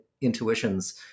intuitions